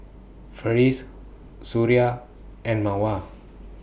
Farish Suria and Mawar